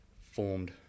formed